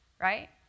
right